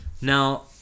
Now